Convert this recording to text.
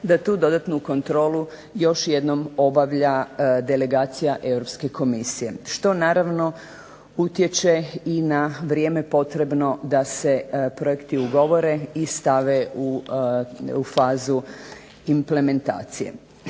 da tu dodatnu kontrolu još jednom obavlja Delegacija Europske komisije što naravno utječe i na vrijeme potrebno da se projekti ugovore i stave u fazu implementacije.